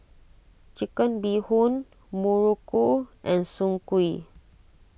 Chicken Bee Hoon Muruku and Soon Kuih